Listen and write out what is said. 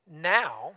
now